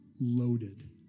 loaded